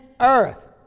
earth